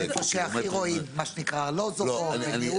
במקומות הכי גרועים ארלוזורוב, בן-יהודה.